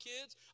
kids